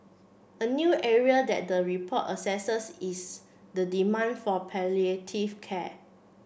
a new area that the report assesses is the demand for palliative care